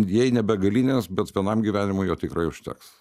jei ne begalinės bet vienam gyvenimui jo tikrai užteks